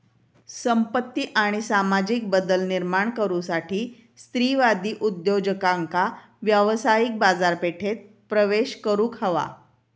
संपत्ती आणि सामाजिक बदल निर्माण करुसाठी स्त्रीवादी उद्योजकांका व्यावसायिक बाजारपेठेत प्रवेश करुक हवा